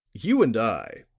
you and i,